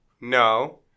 No